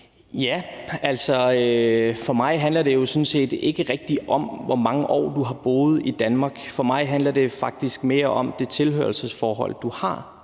Ja, altså, for mig handler det jo sådan set ikke rigtig om, hvor mange år du har boet i Danmark. For mig handler det faktisk mere om det tilhørsforhold, du har